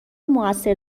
موثر